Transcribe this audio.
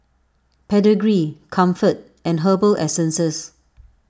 Pedigree Comfort and Herbal Essences